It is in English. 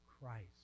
Christ